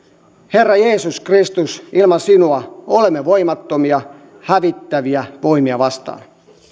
herra jeesus kristus ilman sinua olemme voimattomia hävittäviä voimia vastaan